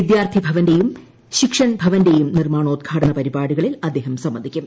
വിദ്യാർത്ഥി ഭവന്റെയും ശിക്ഷൻ ഭവന്റെയും നിർമ്മാണോദ്ഘാടന പരിപാടികളിൽ അദ്ദേഹം സംബന്ധിക്കും